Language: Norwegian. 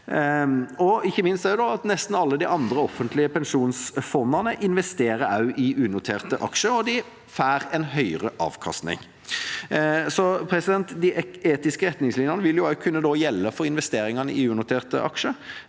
at nesten alle de andre offentlige pensjonsfondene investerer i unoterte aksjer, og de får en høyere avkastning. De etiske retningslinjene vil da også kunne gjelde for investeringene i unoterte aksjer,